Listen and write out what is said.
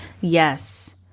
Yes